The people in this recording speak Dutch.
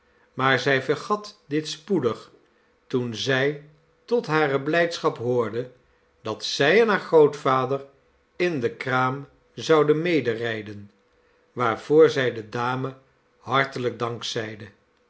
maar zij vergat dit spoedig toen zij tot hare blijdschap hoorde dat zij en haar grootvader in de kraam zouden mederijden waarvoor zij de dame hartelijk dank zeide